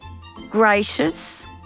Gracious